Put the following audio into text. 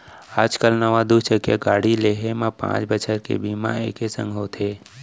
आज काल नवा दू चकिया गाड़ी लेहे म पॉंच बछर के बीमा एके संग होथे